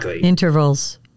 intervals